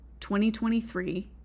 2023